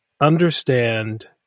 understand